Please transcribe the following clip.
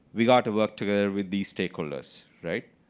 we've got to work together with these stakeholders. right?